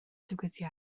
digwyddiad